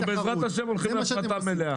אנחנו בעזרת השם הולכים להפרטה מלאה.